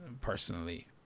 personally